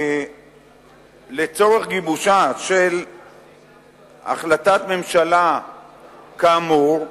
לצורך גיבושה של החלטת ממשלה כאמור,